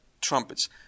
trumpets